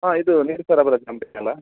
ಹಾಂ ಇದು ನೀರು ಸರಬರಾಜು ಕಂಪನಿ ಅಲ್ವ